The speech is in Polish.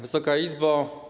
Wysoka Izbo!